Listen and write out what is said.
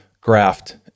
graft